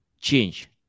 change